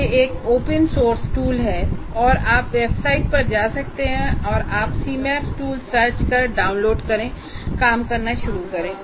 यह एक open source tool है और आप वेबसाइट पर जा सकते हैं या आप Cmap टूल सर्च कर डाउनलोड करें और काम करना शुरू करें